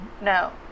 No